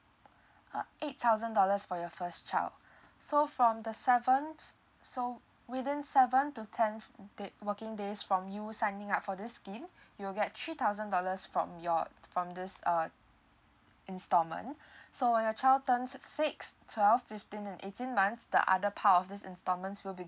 uh eight thousand dollars for your first child so from the seventh so within seven to ten day working days from you signing up for this scheme you'll get three thousand dollars from your from this uh installment so when your child turns six twelve fifteen and eighteen months the other part of this installments will be